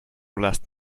last